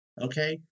okay